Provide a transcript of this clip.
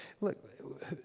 Look